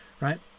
Right